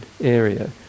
area